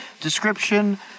description